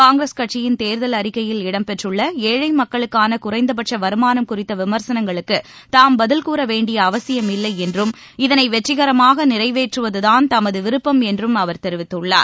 காங்கிரஸ் கட்சியின் தேர்தல் அறிக்கையில் இடம் பெற்றுள்ளஏழைமக்களுக்கானகுறைந்தபட்சவருமானம் பதில் கூற வேண்டிய அவசியம் இல்லைஎன்றும் இதனைவெற்றிகரமாகநிறைவேற்றுவதுதான் தமதுவிருப்பம் என்றும் அவர் தெரிவித்துள்ளார்